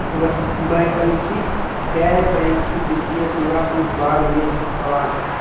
वैकल्पिक गैर बैकिंग वित्तीय सेवा के बार में सवाल?